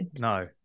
no